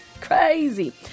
Crazy